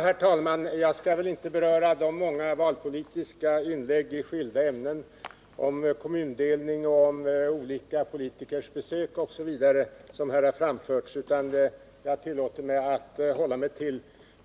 Herr talman! Jag skall väl inte beröra de många valpolitiska inlägg i skilda ämnen om kommundelning och olika politikers besök osv. som här har framförts, utan jag tillåter mig att hålla mig till